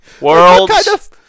World's